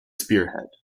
spearhead